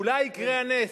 אולי יקרה הנס,